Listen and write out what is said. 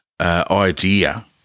idea